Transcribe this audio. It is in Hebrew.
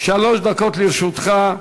שלוש דקות לרשותך.